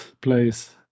place